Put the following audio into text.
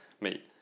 meet